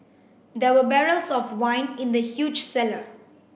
there were barrels of wine in the huge cellar